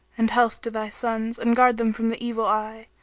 and health to thy sons and guard them from the evil eye!